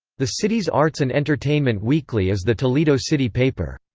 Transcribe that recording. the city's arts and entertainment weekly is the toledo city paper.